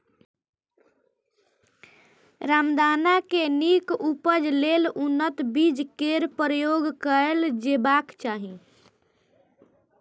रामदाना के नीक उपज लेल उन्नत बीज केर प्रयोग कैल जेबाक चाही